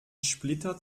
splitter